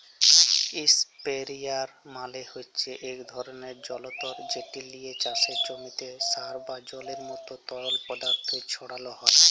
ইসপেরেয়ার মালে হছে ইক ধরলের জলতর্ যেট লিয়ে চাষের জমিতে সার বা জলের মতো তরল পদাথথ ছড়ালো হয়